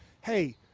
hey –